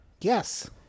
Yes